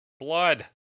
Blood